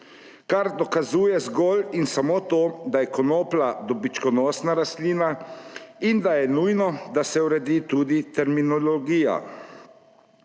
kar dokazuje zgolj in samo to, da je konoplja dobičkonosna rastlina in da je nujno, da se uredi tudi terminologija.